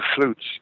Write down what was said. flutes